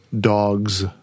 dogs